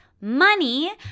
money